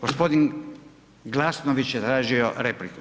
Gospodin Glasnović je tražio repliku.